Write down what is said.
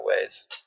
ways